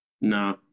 Nah